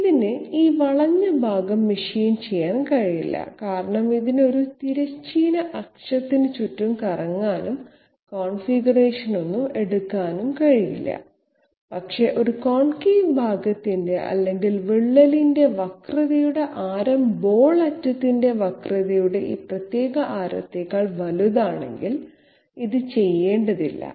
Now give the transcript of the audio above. ഇതിന് ഈ വളഞ്ഞ ഭാഗം മെഷീൻ ചെയ്യാൻ കഴിയില്ല കാരണം ഇതിന് ഒരു തിരശ്ചീന അക്ഷത്തിന് ചുറ്റും കറങ്ങാനും കോൺഫിഗറേഷനൊന്നും എടുക്കാനും കഴിയില്ല പക്ഷേ ഒരു കോൺകേവ് ഭാഗത്തിന്റെ അല്ലെങ്കിൽ വിള്ളലിന്റെ വക്രതയുടെ ആരം ബോൾ അറ്റത്തിന്റെ വക്രതയുടെ ഈ പ്രത്യേക ആരത്തേക്കാൾ വലുതാണെങ്കിൽ ഇത് ചെയ്യേണ്ടതില്ല